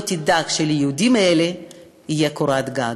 לא תדאג שליהודים האלה תהיה קורת גג.